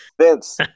Vince